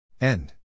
End